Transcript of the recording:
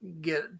get